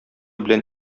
белән